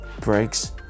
breaks